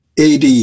AD